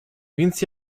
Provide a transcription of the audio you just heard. więc